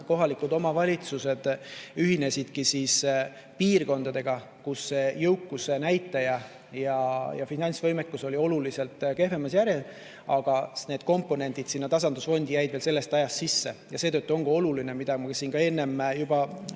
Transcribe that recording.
kohalikud omavalitsused ühinesid piirkondadega, kus jõukuse näitaja ja finantsvõimekus olid oluliselt kehvemad, aga need komponendid sinna tasandusfondi jäid veel sellest ajast sisse. Seetõttu ongi oluline, nagu ma siin juba